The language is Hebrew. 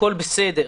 הכול בסדר.